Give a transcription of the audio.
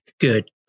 Good